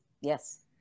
Yes